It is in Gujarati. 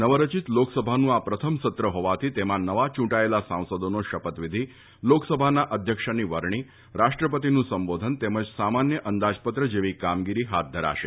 નવરચીત લોકસભાનું આ પ્રથમ સત્ર હોવાથી તેમાં નવા યૂંટાયેલા સાંસદોનો શપથવિધિ લોકસભાના અધ્યક્ષની વરણી રાષ્ટ્રપતિનું સંબોધન તેમજ સામાન્ય અંદાજપત્ર જેવી કામગીરી હાથ ધરાશે